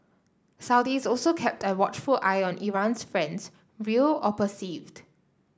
Saudis also kept a watchful eye on Iran's friends real or perceived